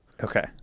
Okay